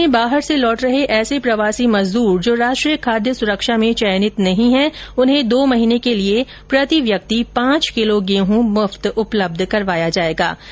राज्य में बाहर से लौट रहे ऐसे प्रवासी मजदूर जो राष्ट्रीय खाद्य सुरक्षा में चयनित नहीं है उन्हें दो महीने के लिए प्रतिव्यक्ति पांच किलोग्राम गेहूं मुफ्त उपलब्ध करवाया जायेगा